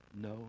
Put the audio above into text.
No